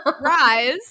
Rise